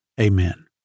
amen